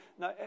Now